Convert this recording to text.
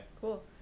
Cool